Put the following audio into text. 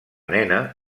nena